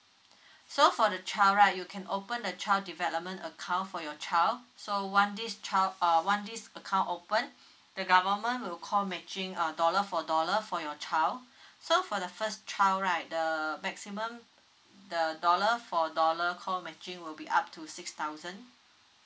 so for the child right you can open a child development account for your child so once this child uh once this account open the government will co matching uh dollar for dollar for your child so for the first child right the maximum the dollar for dollar co matching will be up to six thousand